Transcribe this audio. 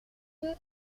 peu